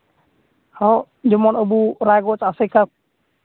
ᱦᱚᱸ ᱡᱮᱢᱚᱱ ᱟᱵᱚ ᱨᱟᱭᱜᱚᱸᱡᱽ ᱟᱥᱮᱠᱟ